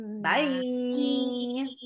Bye